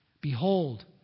Behold